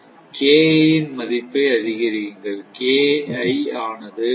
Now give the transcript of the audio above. KI ன் மதிப்பை அதிகரியுங்கள் ஆனது 0